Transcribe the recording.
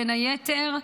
בין היתר,